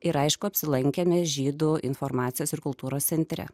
ir aišku apsilankėme žydų informacijos ir kultūros centre